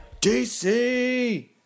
DC